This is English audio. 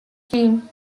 came